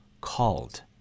Called